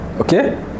Okay